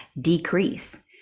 decrease